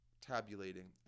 tabulating